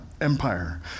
Empire